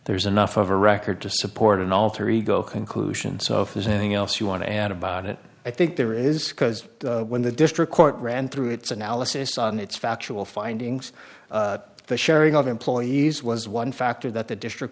there's enough of a record to support an alter ego conclusion so if there's anything else you want to add about it i think there is because when the district court ran through its analysis on its factual findings the sharing of employees was one factor that the district